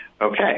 okay